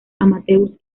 amateurs